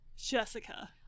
Jessica